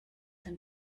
den